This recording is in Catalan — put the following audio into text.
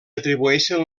atribueixen